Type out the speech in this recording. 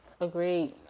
Agreed